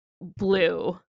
blue